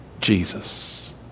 Jesus